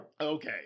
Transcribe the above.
Okay